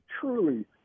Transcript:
truly